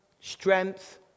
strength